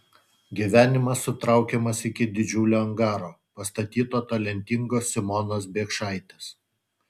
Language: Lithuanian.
gyvenimas sutraukiamas iki didžiulio angaro pastatyto talentingos simonos biekšaitės